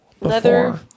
Leather